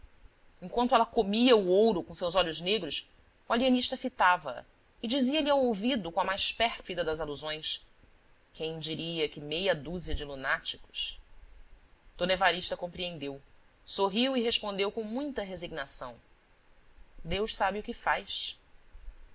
enquanto ela comia o ouro com os seus olhos negros o alienista fitava-a e dizia-lhe ao ouvido com a mais pérfida das alusões quem diria que meia dúzia de lunáticos d evarista compreendeu sorriu e respondeu com muita resignação deus sabe o que faz